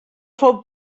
fou